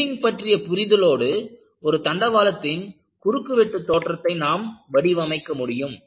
bending பற்றிய புரிதலோடு ஒரு தண்டவாளத்தின் குறுக்குவெட்டுத் தோற்றத்தை நாம் வடிவமைக்க முடியும்